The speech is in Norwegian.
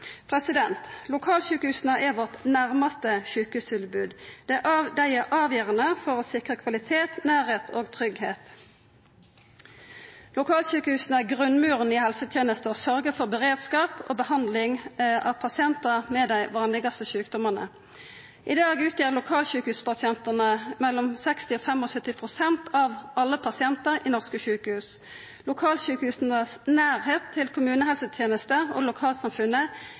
Lokalsjukehusa er vårt nærmaste sjukehustilbod. Dei er avgjerande for å sikra kvalitet, nærleik og tryggleik. Lokalsjukehusa er grunnmuren i helsetenesta og sørgjer for beredskap og behandling av pasientar med dei vanlegaste sjukdomane. I dag utgjer lokalsjukehuspasientane mellom 60 og 75 pst. av alle pasientar i norske sjukehus. Å ha lokalsjukehusa i nærleiken av kommunehelsetenesta og lokalsamfunnet